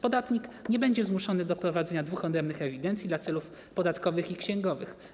Podatnik nie będzie zmuszony do prowadzenie dwóch odrębnych ewidencji dla celów podatkowych i księgowych.